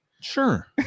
sure